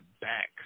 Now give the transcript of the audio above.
back